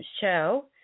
show